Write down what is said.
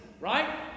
right